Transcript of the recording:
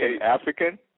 African